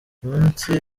munsi